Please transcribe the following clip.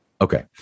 Okay